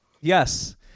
Yes